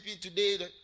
today